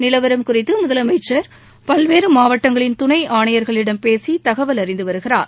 நிலவரம் குறித்து முதலமைச்சர் பல்வேறு மாவட்டங்களின் துணை ஆணையாளர்களிடம் பேசி தகவல் அறிந்து வருகிறார்